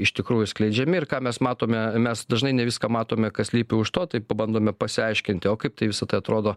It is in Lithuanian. iš tikrųjų skleidžiami ir ką mes matome mes dažnai ne viską matome kas slypi už to tai pabandome pasiaiškinti o kaip tai visa tai atrodo